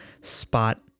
spot